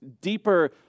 deeper